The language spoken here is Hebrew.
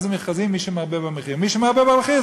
מה זה מכרזים, מי שמרבה במחיר.